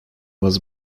was